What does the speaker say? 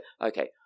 okay